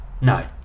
No